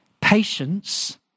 Patience